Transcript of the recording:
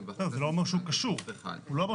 הוא לא אמר שהוא קשור בנושא.